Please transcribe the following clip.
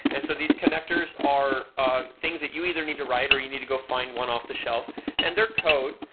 and so these connectors are ah things that you either need to write or you need to go find one off the shelf and they're code,